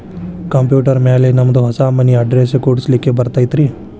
Computer ಮ್ಯಾಲೆ ನಮ್ದು ಹೊಸಾ ಮನಿ ಅಡ್ರೆಸ್ ಕುಡ್ಸ್ಲಿಕ್ಕೆ ಬರತೈತ್ರಿ?